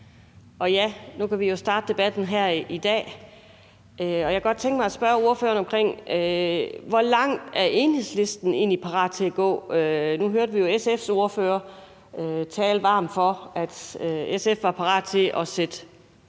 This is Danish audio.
og ja, nu kan vi jo starte debatten her i dag. Jeg kunne godt tænke mig at spørge ordføreren om, hvor langt Enhedslisten egentlig er parat til at gå. Nu hørte vi jo SF's ordfører tale varmt for, at SF var parat til at sætte